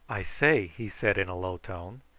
i say, he said in a low tone,